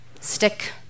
Stick